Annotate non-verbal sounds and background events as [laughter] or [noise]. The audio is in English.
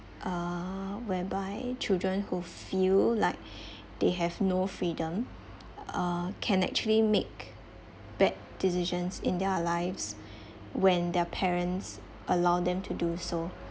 uh whereby children who feel like [breath] they have no freedom uh can actually make bad decisions in their lives [breath] when their parents allow them to do so